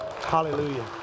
Hallelujah